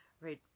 right